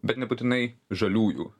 bet nebūtinai žaliųjų